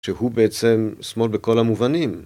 ‫שהוא בעצם שמאל בכל המובנים.